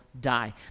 die